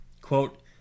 Quote